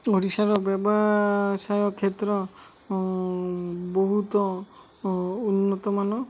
ଓଡ଼ିଶାର ବ୍ୟବସାୟ କ୍ଷେତ୍ର ବହୁତ ଉନ୍ନତମାନ